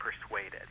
persuaded